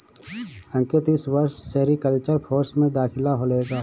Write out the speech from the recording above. अंकित इस वर्ष sericulture course में दाखिला लेगा